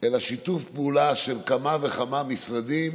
אלא שיתוף פעולה של כמה וכמה משרדים